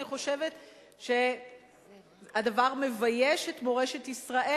אני חושבת שהדבר מבייש את מורשת ישראל,